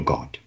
God